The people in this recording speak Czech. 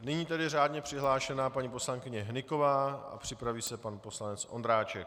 Nyní tedy řádně přihlášená paní poslankyně Hnyková a připraví se pan poslanec Ondráček.